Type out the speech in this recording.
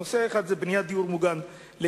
בעיה אחת היא קיצוץ בבניית דיור מוגן לקשישים,